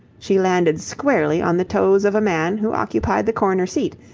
she landed squarely on the toes of a man who occupied the corner seat,